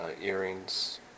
earrings